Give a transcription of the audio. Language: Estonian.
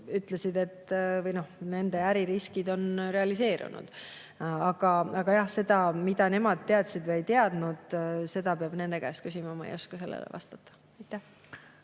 ütlesid, et nende äririskid on realiseerunud. Aga jah, seda, mida nemad teadsid või ei teadnud, peab nende käest küsima, ma ei oska sellele vastata.